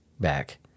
back